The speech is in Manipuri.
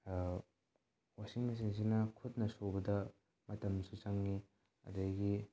ꯋꯥꯁꯤꯡ ꯃꯦꯆꯤꯟꯁꯤꯅ ꯈꯨꯠꯅ ꯁꯨꯕꯗ ꯃꯇꯝꯁꯨ ꯆꯪꯉꯤ ꯑꯗꯒꯤ